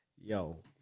yo